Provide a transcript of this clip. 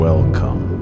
Welcome